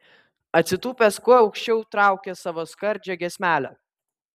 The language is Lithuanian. atsitūpęs kuo aukščiau traukia savo skardžią giesmelę